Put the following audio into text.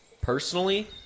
personally